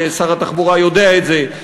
ושר התחבורה יודע את זה,